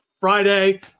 Friday